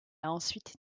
ensuite